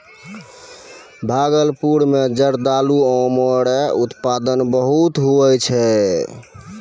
भागलपुर मे जरदालू आम रो उत्पादन बहुते हुवै छै